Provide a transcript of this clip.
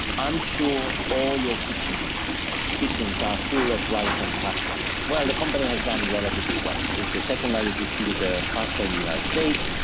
i'm sure all your kitchens kitchens are full of rice and pasta. well, the company has done relatively well, is the second largest distributor of pasta in the united states,